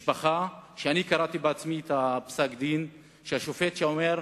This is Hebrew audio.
משפחה, קראתי בעצמי את פסק-הדין, שהשופט אומר: